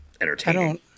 entertaining